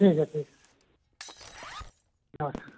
ठीक है ठीक है नमस्ते सर